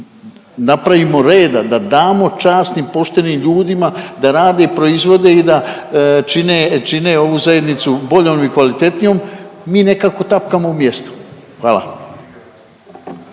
napravimo reda da damo časnim, poštenim ljudima da rade i proizvode i da čine, čine ovu zajednicu boljom i kvalitetnijom mi nekako tapkamo u mjestu. Hvala.